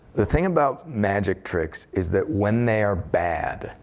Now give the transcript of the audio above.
the thing about magic tricks is that when they are bad,